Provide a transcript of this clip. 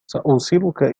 سأوصلك